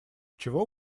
чего